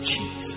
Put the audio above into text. Jesus